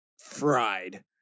fried